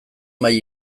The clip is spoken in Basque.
mahai